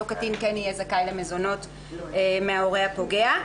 אותו קטין כן יהיה זכאי למזונות מההורה הפוגע,